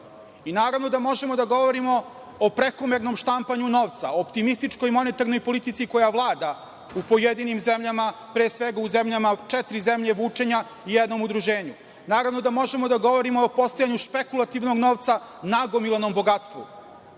i naravno da možemo da govorimo o prekomernom štampanju novca, optimističkoj monetarnoj politici koja vlada u pojedinim zemljama, pre svega u četiri zemlje vučenja u jednom udruženju. Naravno da možemo da govorimo o postojanju špekulativnog novca, nagomilanom bogatstvu.